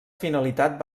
finalitat